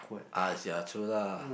ah ya true lah